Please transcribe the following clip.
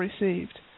received